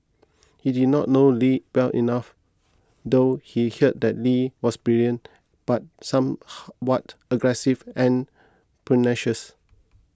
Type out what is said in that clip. he did not know Lee well enough though he heard that Lee was brilliant but somewhat aggressive and pugnacious